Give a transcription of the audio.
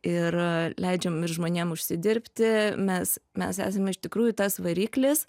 ir leidžiam ir žmonėm užsidirbti mes mes esam iš tikrųjų tas variklis